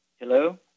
Hello